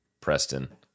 Preston